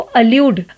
allude